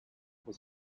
was